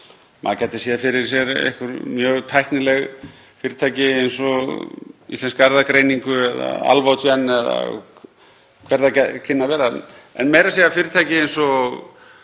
Maður gæti séð fyrir sér einhver mjög tæknileg fyrirtæki eins og Íslenska erfðagreiningu eða Alvogen eða hver það kynni að vera. En meira að segja fyrirtæki eins og